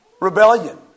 rebellion